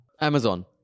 Amazon